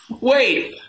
Wait